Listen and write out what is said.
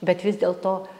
bet vis dėlto